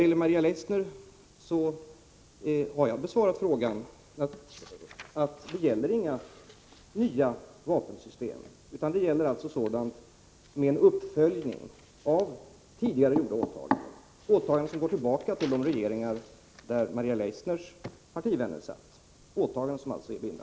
Till Maria Leissner vill jag säga att jag har besvarat hennes fråga. Det gäller inga nya vapensystem utan en uppföljning av tidigare åtaganden — bindande åtaganden som går tillbaka till de regeringar där Maria Leissners partivänner deltog.